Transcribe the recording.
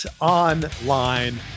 online